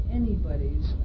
anybody's